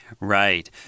Right